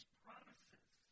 promises